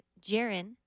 Jaren